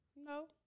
no